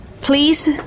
Please